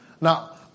Now